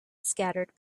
scattered